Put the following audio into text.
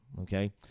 okay